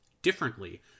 differently